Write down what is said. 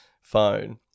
phone